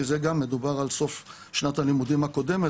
כי זה גם מדובר על סוף שנת הלימודים הקודמת,